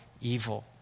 evil